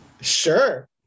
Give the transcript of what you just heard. sure